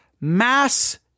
mass